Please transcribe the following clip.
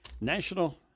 National